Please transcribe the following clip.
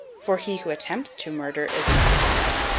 for he who attempts to murder is an assassin,